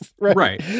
Right